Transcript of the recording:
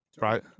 right